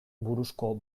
buruzko